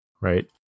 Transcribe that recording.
right